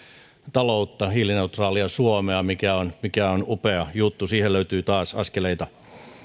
taloutta hiilineutraalia suomea mikä on mikä on upea juttu siihen löytyy taas askeleita